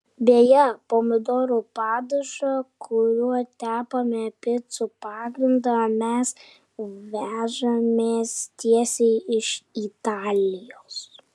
beje pomidorų padažą kuriuo tepame picų pagrindą mes vežamės tiesiai iš italijos